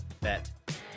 bet